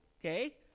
okay